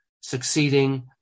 succeeding